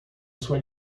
sua